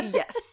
yes